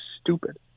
stupid